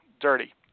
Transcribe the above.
dirty